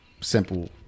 simple